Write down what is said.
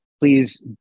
please